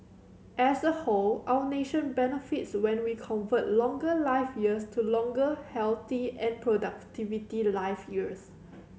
as a whole our nation benefits when we convert longer life years to longer healthy and productivity life years